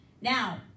Now